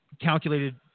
calculated